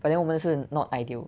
but then 我们的是 not ideal